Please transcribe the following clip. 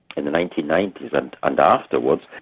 in the nineteen ninety s, and and afterwards,